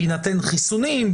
בהינתן חיסונים,